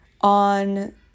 on